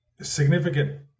significant